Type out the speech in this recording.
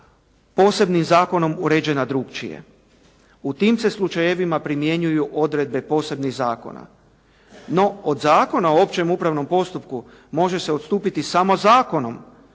posebnim zakonom uređena drukčije. U tim se slučajevima primjenjuju odredbe posebnih zakona. No, od Zakona o općem upravnom postupku može se odstupiti samo zakonom,